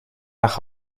nach